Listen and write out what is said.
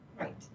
Right